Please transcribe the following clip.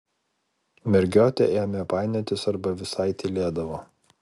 mergiotė ėmė painiotis arba visai tylėdavo